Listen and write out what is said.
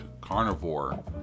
carnivore